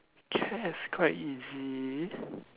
cats quite easy